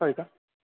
होय का